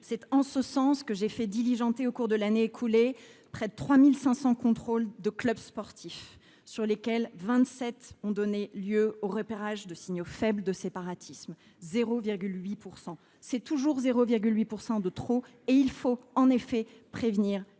C’est en ce sens que j’ai fait diligenter au cours de cette année près de 3 500 contrôles de clubs sportifs, parmi lesquels 27, soit 0,8 %, ont donné lieu au repérage de signaux faibles de séparatisme. C’est toujours 0,8 % de trop, et il faut en effet prévenir les risques